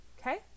Okay